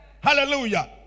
Hallelujah